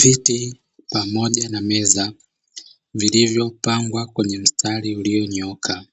Viti pamoja na meza vilivyopangwa kwenye msitari ulionyooka,